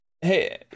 hey